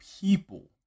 people